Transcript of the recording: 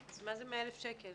אז מה זה 100 אלף שקל?